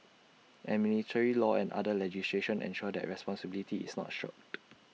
and military law and other legislation ensure that responsibility is not shirked